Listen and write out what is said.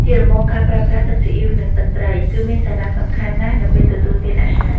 ជាដំបូង ការប្រើប្រាស់ទឹកស៊ីអ៊ីវ និងទឹកត្រី គឺមានសារៈសំខាន់ណាស់នៅពេលទទួលទានអាហារ។